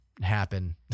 happen